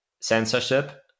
censorship